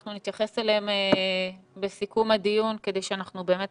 אנחנו נתייחס אליהם בסיכום הדיון, כדי שאנחנו באמת